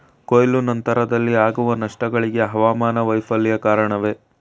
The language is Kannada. ಕೊಯ್ಲು ನಂತರದಲ್ಲಿ ಆಗುವ ನಷ್ಟಗಳಿಗೆ ಹವಾಮಾನ ವೈಫಲ್ಯ ಕಾರಣವೇ?